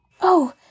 Oh